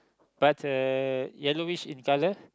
but uh yellowish in colour